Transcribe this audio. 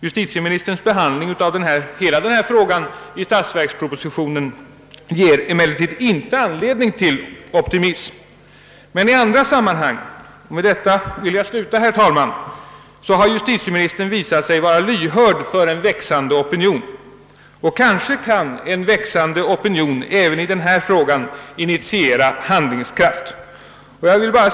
Justitieministerns behandling av hela denna fråga i statsverkspropositionen ger emellertid inte anledning till optimism. I andra sammanhang har justitieministern dock visat sig vara lyhörd för en växande opinion. Kanske kan en växande opinion även i denna fråga inspirera till handlingskraft.